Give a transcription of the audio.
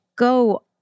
Go